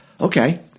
okay